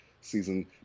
season